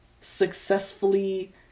successfully